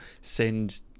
send